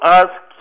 ask